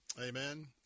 Amen